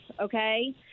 okay